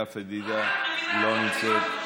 לאה פדידה, לא נמצאת.